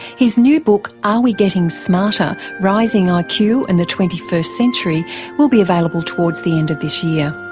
his new book are we getting smarter rising ah like iq and the twenty first century will be available towards the end of this year.